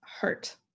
hurt